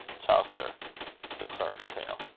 chaucer the clerk's tale.